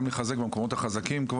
וגם לחזק את המקומות שהם כבר חזקים.